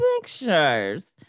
pictures